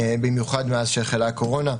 במיוחד מאז שהחלה הקורונה.